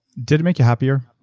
did it make you happier?